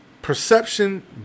Perception